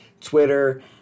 Twitter